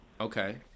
Okay